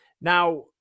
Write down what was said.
Now